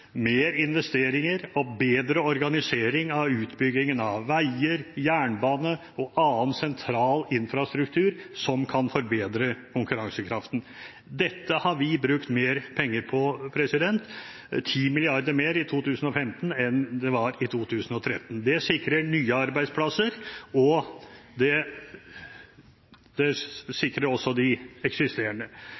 mer investeringer og bedre organisering av utbyggingen av veier, jernbane og annen sentral infrastruktur som kan forbedre konkurransekraften. Dette har vi brukt mer penger på – 10 mrd. kr mer i 2015 enn i 2013. Det sikrer nye arbeidsplasser, og det sikrer også de eksisterende.